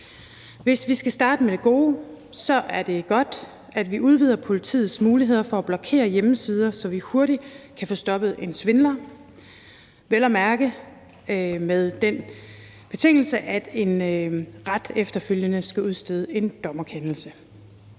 Hvis vi skal starte med det gode, så er det godt, at vi udvider politiets muligheder for at blokere hjemmesider, så vi hurtigt kan få stoppet en svindler, vel at mærke med den betingelse, at en ret efterfølgende skal udstede en dommerkendelse.